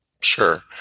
Sure